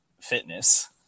fitness